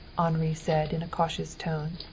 henri said in a cautious tone.